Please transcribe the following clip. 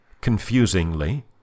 confusingly